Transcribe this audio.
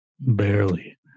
barely